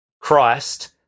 Christ